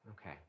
Okay